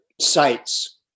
sites